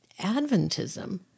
Adventism